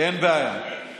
אין בעיה.